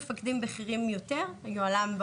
היוהל"ם מעורבת,